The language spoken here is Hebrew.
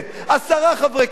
עשרה חברי כנסת.